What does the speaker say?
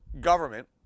government